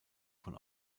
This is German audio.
von